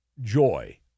joy